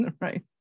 Right